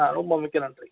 ரொம்ப மிக்க நன்றி